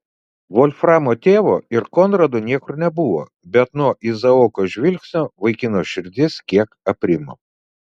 volframo tėvo ir konrado niekur nebuvo bet nuo izaoko žvilgsnio vaikino širdis kiek aprimo